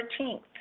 14th